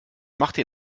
machte